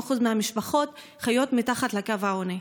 מ-50% מהמשפחות חיות מתחת לקו העוני,